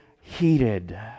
heated